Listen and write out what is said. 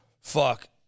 Fuck